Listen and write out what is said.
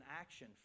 action